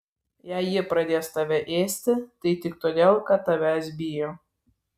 jei ji pradės tave ėsti tai tik todėl kad tavęs bijo